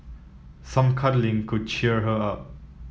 some cuddling could cheer her up